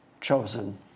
chosen